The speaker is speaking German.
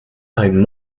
ein